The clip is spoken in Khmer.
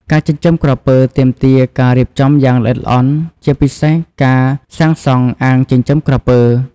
ការចិញ្ចឹមក្រពើទាមទារការរៀបចំយ៉ាងល្អិតល្អន់ ជាពិសេសការសាងសង់អាងចិញ្ចឹមក្រពើ។